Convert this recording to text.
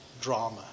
drama